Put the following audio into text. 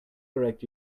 correct